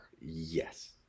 Yes